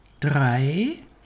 drei